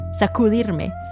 sacudirme